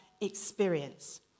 experience